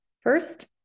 First